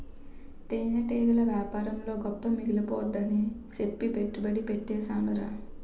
తేనెటీగల యేపారంలో గొప్ప మిగిలిపోద్దని సెప్పి పెట్టుబడి యెట్టీసేనురా